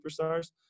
superstars